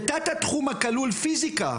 בתת התחום הכלול פיזיקה,